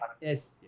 Yes